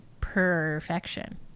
perfection